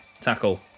Tackle